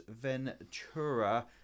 Ventura